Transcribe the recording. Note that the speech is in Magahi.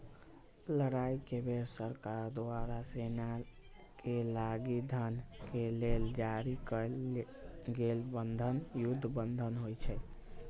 लड़ाई के बेर सरकार द्वारा सेनाके लागी धन के लेल जारी कएल गेल बन्धन युद्ध बन्धन होइ छइ